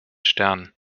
stern